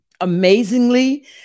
amazingly